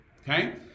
okay